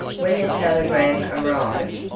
when the telegram arrived,